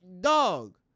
dog